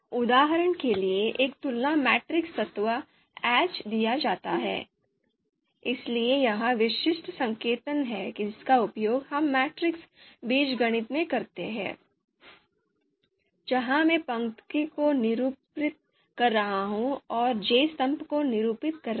उदाहरण के लिए एक तुलना मैट्रिक्स तत्व aij दिया जाता है इसलिए यह विशिष्ट संकेतन है जिसका उपयोग हम मैट्रिक्स बीजगणित में करते हैं जहाँ मैं पंक्ति को निरूपित कर रहा हूँ और j स्तंभ को निरूपित कर रहा है